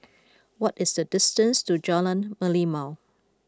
what is the distance to Jalan Merlimau